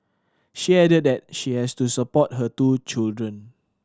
she added that she has to support her two children